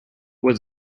was